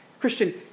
Christian